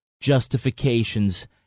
justifications